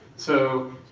so,